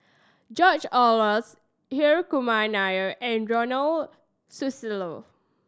George Oehlers Hri Kumar Nair and Ronald Susilo